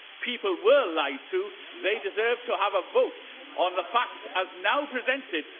people were lied to. they deserve to have a vote on the facts as now presented,